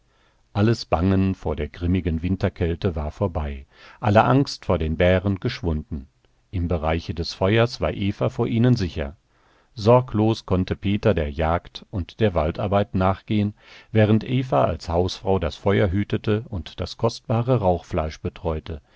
alles bangen vor der grimmigen winterkälte war vorbei alle angst vor den bären geschwunden im bereiche des feuers war eva vor ihnen sicher sorglos konnte peter der jagd und der waldarbeit nachgehen während eva als hausfrau das feuer hütete und das kostbare